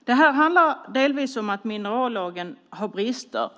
Det här handlar delvis om att minerallagen har brister.